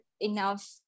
enough